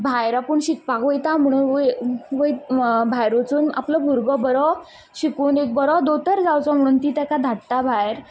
भायर आपूण शिकपाक वयता म्हणून भायर वचून आपलो भुरगो बरो शिकून एक बरो दोतोर जावचो म्हणून ती तेका धाडटा भायर